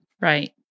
right